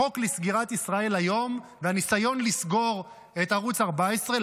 החוק לסגירת ישראל היום והניסיון לסגור את ערוץ 14,